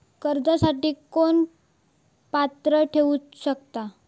कर्जासाठी कोण पात्र ठरु शकता?